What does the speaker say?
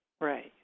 Right